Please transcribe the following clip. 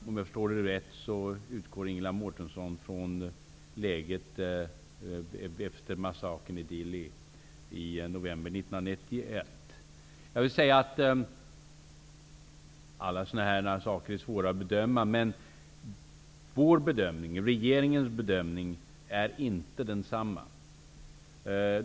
Om jag förstått det rätt utgår Ingela Mårtensson från läget efter massakern i Dili i november 1991. Alla sådana saker är svåra att bedöma. Regeringens bedömning är inte densamma.